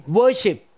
worship